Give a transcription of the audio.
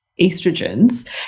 estrogens